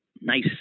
nice